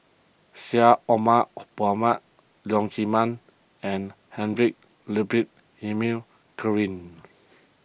Syed Omar Mohamed Leong Chee Mun and Heinrich Ludwig Emil